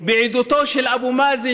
בעידודו של אבו מאזן,